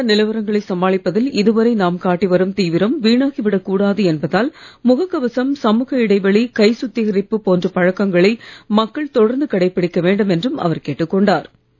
corona நிலவரங்களை சமாளிப்பதில் இதுவரை நாம் காட்டி வரும் தீவிரம் வீணாகிவிடக் கூடாது என்பதால் முகக் கவசம் சமூக இடைவெளி கை சுத்திகரிப்பு போன்ற பழக்கங்களை மக்கள் தொடர்ந்து கடைபிடிக்க வேண்டும் என்றும் அவர் கேட்டுக் கொண்டார்